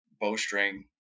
bowstring